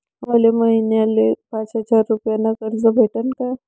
मले महिन्याले पाच हजार रुपयानं कर्ज भेटन का?